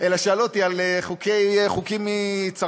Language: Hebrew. אלא שאלו אותי על חוקים מצרפת.